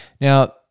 Now